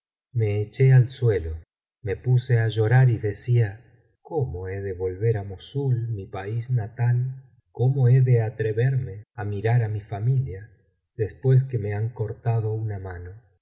me eché al suelo me puse á llorar y decía cómo he de volver á mossul mi país natal cómo he de atreverme á mirar á mi familia después que me han cortado una mano